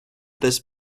this